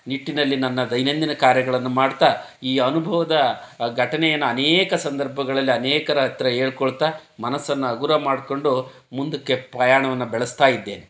ನಿಟ್ಟಿನಲ್ಲಿ ನನ್ನ ದೈನಂದಿನ ಕಾರ್ಯಗಳನ್ನು ಮಾಡ್ತಾ ಈ ಅನುಭವದ ಘಟನೆಯನ್ನು ಅನೇಕ ಸಂದರ್ಭಗಳಲ್ಲಿ ಅನೇಕರ ಹತ್ತಿರ ಹೇಳಿ ಕೊಳ್ತಾ ಮನಸ್ಸನ್ನು ಹಗುರ ಮಾಡಿಕೊಂಡು ಮುಂದಕ್ಕೆ ಪ್ರಯಾಣವನ್ನು ಬೆಳೆಸ್ತಾ ಇದ್ದೇನೆ